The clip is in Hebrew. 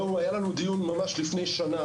היה לנו דיון לפני שנה,